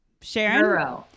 Sharon